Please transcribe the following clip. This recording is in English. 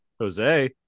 Jose